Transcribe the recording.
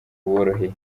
buboroheye